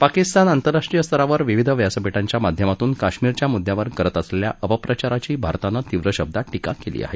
पाकिस्तान आंतरराष्ट्रीय स्तरावर विविध व्यासपिठांच्या माध्यमातून काश्मीरच्या मुद्यावर करत असलेल्या अपप्रचाराची भारतानं तीव्र शब्दात टिका केली आहे